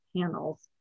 panels